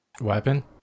Weapon